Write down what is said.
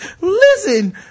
listen